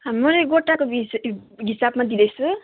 म नै गोटाको बिस हिसाबमा दिँदैछु